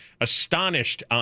astonished